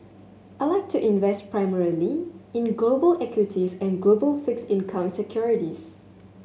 I like to invest primarily in global equities and global fixed income securities